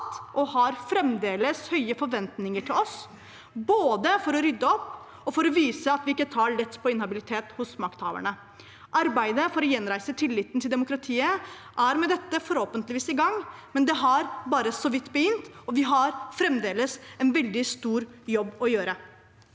og har fremdeles høye forventinger til oss når det gjelder både å rydde opp og å vise at vi ikke tar lett på inhabilitet hos makthavere. Arbeidet for å gjenreise tilliten til demokratiet er med dette forhåpentligvis i gang, men det har bare så vidt begynt, og vi har fremdeles en veldig stor jobb å gjøre.